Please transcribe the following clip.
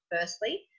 firstly